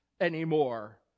anymore